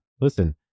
Listen